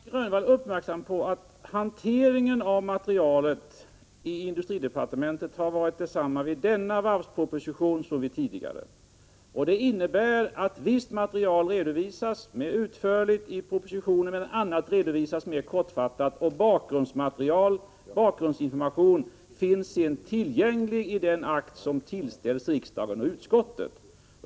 Herr talman! Jag vill göra Nic Grönvall uppmärksam på att hanteringen av materialet i industridepartementet har varit densamma när det gäller denna varvsproposition som när det gällt tidigare. Det innebär att visst material redovisas mer utförligt i propositionen, medan annat redovisas mer kortfattat. Bakgrundsinformation finns sedan tillgänglig i den akt som tillställs riksdagen och utskottet.